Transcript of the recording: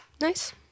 Nice